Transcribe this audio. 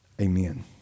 Amen